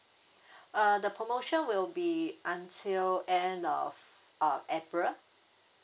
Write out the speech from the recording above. uh the promotion will be until end of uh april